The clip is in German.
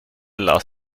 las